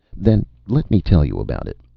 then let me tell you about it.